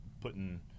putting